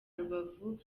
rubavu